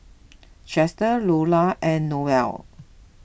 Chester Lola and Noel